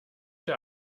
der